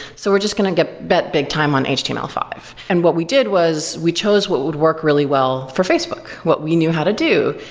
so we're just going to bet big time on h t m l five. and what we did was we chose what would work really well for facebook, what we knew how to do.